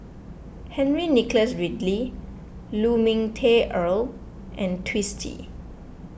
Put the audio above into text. Henry Nicholas Ridley Lu Ming Teh Earl and Twisstii